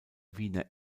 wiener